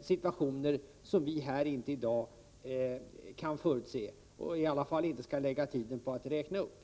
situationer som vi här i dag inte kan förutse och i varje fall inte skall ägna tid till att räkna upp.